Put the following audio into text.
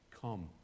Come